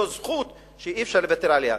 זו זכות שאי-אפשר לוותר עליה.